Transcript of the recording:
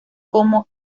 como